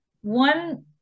One